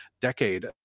decade